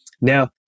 Now